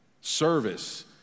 Service